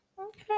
Okay